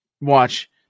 watch